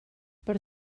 per